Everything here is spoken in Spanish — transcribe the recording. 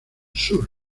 sur